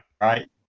Right